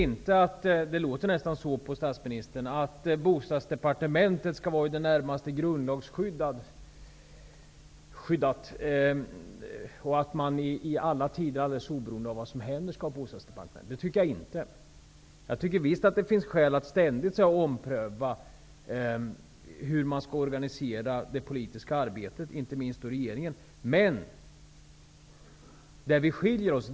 På statsministern låter det nästan som om Bostadsdepartementet skulle vara i det närmaste grundlagsskyddat och att man för all framtid, oavsett vad som händer, skall ha ett bostadsdepartement. Det tycker inte jag. Jag tycker visst att det finns skäl att ständigt ompröva hur det politiska arbetet skall organiseras.